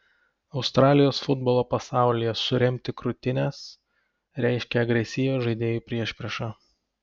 australijos futbolo pasaulyje suremti krūtines reiškia agresyvią žaidėjų priešpriešą